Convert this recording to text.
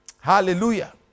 hallelujah